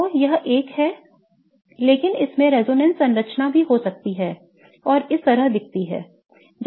तो यह एक है लेकिन इसमें एक रेजोनेंस संरचना भी हो सकती है जो इस तरह दिखती है